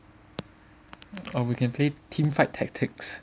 or we can play Teamfight Tactics